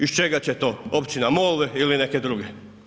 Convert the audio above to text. Iz čega će to općina MOL ili neke druge?